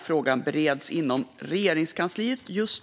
Frågan bereds just nu inom Regeringskansliet.